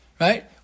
right